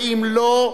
ואם לא,